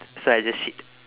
so I just shit